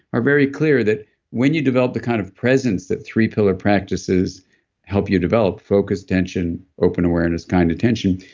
are very clear that when you develop the kind of presence that three pillar practices help you develop, focus, attention, open awareness kind of attention,